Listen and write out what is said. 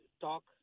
talk